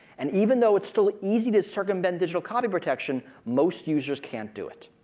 and even though it's still easy to circumvent digital copy protection, most users can't do it.